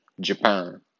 japan